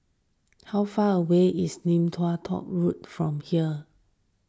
how far away is Lim Tua Tow Road from here